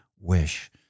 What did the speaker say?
wish